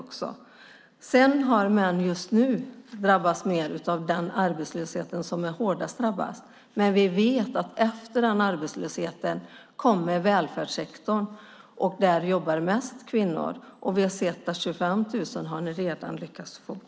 Det är män som just nu är hårdast drabbade av arbetslösheten, men vi vet att efter den arbetslösheten kommer välfärdssektorn att drabbas, och där jobbar mest kvinnor. Vi har sett att ni redan har lyckats få bort 25 000.